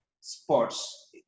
sports